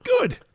Good